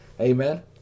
Amen